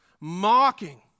mocking